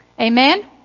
Amen